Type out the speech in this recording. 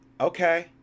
okay